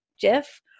Jeff